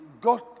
God